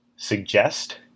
suggest